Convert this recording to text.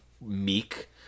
meek